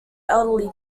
elderly